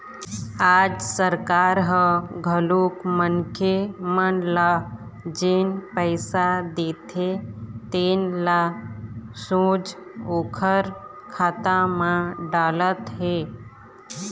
आज सरकार ह घलोक मनखे मन ल जेन पइसा देथे तेन ल सोझ ओखर खाता म डालत हे